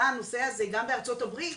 בארה"ב,